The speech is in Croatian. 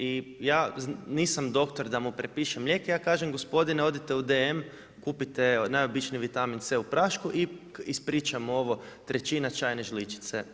I ja nisam doktor da mu prepišem lijek, i ja kažem, gospodine odite u DM kupite najobičniji vitamin C u prašku i ispričam mu ovo, trećina čajne žličice.